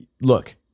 Look